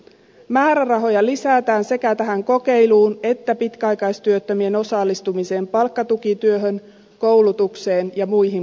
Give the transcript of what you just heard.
määrärahoja lisätään sekä tähän kokeiluun että pitkäaikaistyöttömien osallistumiseen palkkatukityöhön koulutukseen ja muihin palveluihin